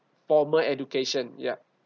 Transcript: formal education ya